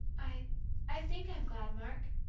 i i think i'm glad, mark.